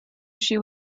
she